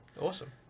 awesome